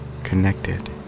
Connected